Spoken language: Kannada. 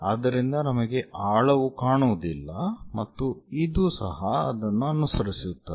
ಆದ್ದರಿಂದ ನಮಗೆ ಆಳವು ಕಾಣುವುದಿಲ್ಲ ಮತ್ತು ಇದು ಸಹ ಅದನ್ನು ಅನುಸರಿಸುತ್ತದೆ